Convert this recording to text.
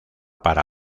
para